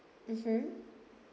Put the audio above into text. mmhmm